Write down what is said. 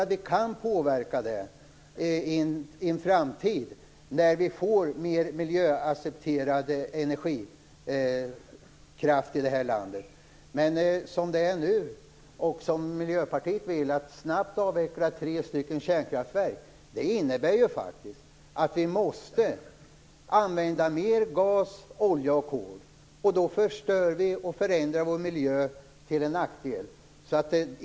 Det kan vi påverka i en framtid när vi får en mer miljöaccepterande energikraft i landet. Att som Miljöpartiet vill snabbt avveckla tre kärnkraftverk innebär att vi måste använda mer gas, olja och kol. Då förstör vi och förändrar vår miljö till vår nackdel.